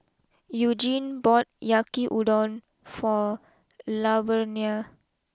Eugene bought Yakiudon for Laverna